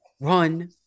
run